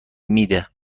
میده